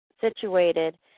situated